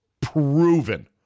proven